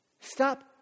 Stop